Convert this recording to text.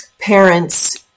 parents